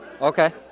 Okay